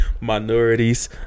minorities